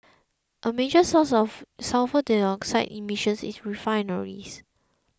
a major source of sulphur dioxide emissions is refineries